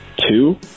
Two